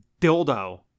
dildo